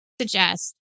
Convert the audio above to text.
suggest